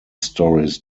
stories